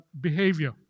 behavior